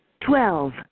twelve